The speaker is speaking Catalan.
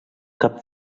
cap